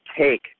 take